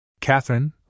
Catherine—